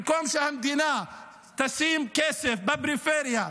במקום שהמדינה תשים כסף בפריפריה,